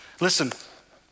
Listen